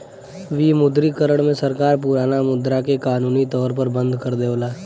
विमुद्रीकरण में सरकार पुराना मुद्रा के कानूनी तौर पर बंद कर देवला